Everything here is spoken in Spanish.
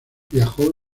viajó